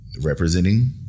Representing